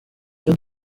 icyo